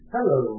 Hello